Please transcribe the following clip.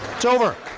it's over.